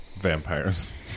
vampires